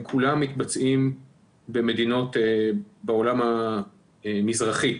כולם מתבצעים במדינות בעולם המזרחי.